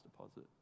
deposit